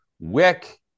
Wick